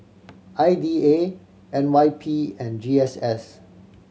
I D A N Y P and G S S